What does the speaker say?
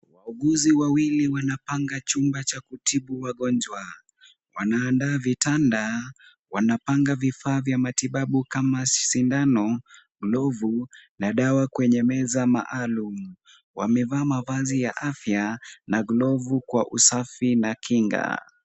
Wauguzi wawili wanapanga chumba cha kutibu wagonjwa. Wanaandaa vitanda, wanapanga vifaa vya matibabu kama sindano, glovu na dawa kwenye meza maalum. Wamevaa mavazi ya afya na glovu kwa usafi na kinga.